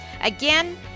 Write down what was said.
Again